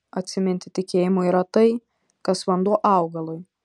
atsiminti tikėjimui yra tai kas vanduo augalui